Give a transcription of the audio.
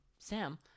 Sam